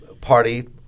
party